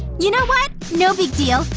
you know what? no big deal.